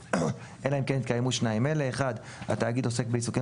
אלא אם כן התקיימו שניים אלה: התאגיד עוסק בעיסוקים